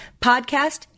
Podcast